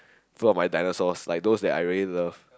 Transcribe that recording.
full of my dinosaurs like those that I really love